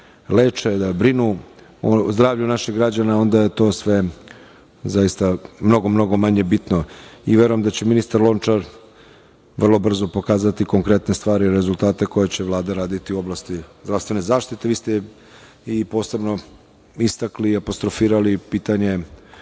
da leče, da brinu o zdravlju naših građana, onda je to sve zaista mnogo manje bitno. Verujem da će ministar Lončar vrlo brzo pokazati konkretne stvari i rezultate koje će Vlada raditi u oblasti zdravstvene zaštite. Vi ste i posebno istakli i apostrofirali pitanje